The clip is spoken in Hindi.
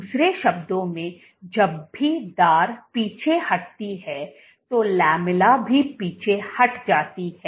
दूसरे शब्दों में जब भी धार पीछे हटती है तो लैमेला भी पीछे हट जाती है